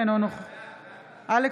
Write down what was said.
בעד יואב